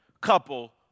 couple